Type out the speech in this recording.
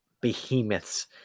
behemoths